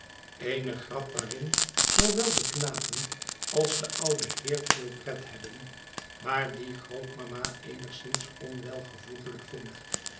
eene grap waarin zoowel de knapen als de oude heerveel pret hebben maar die grootmama eenigszins onwelvoeglij k vindt